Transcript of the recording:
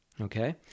okay